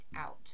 out